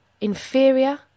inferior